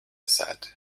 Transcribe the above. said